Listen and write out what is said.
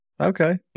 Okay